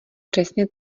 přesně